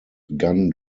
gun